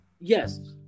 Yes